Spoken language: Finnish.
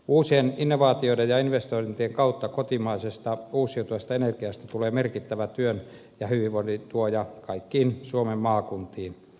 uusien innovaatioiden ja investointien kautta kotimaisesta uusiutuvasta energiasta tulee merkittävä työn ja hyvinvoinnin tuoja kaikkiin suomen maakuntiin